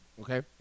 Okay